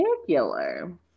particular